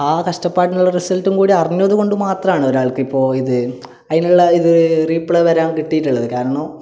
ആ കഷ്ടപ്പാടിനുള്ള റിസൽട്ടും കൂടി അറിഞ്ഞത് കൊണ്ട് മാത്രമാണ് ഒരാൾക്കിപ്പോൾ ഇത് അതിനുള്ള ഇത് റീപ്ലേ വരാൻ കിട്ടിയിട്ടുള്ളത് കാരണം